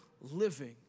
living